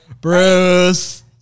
Bruce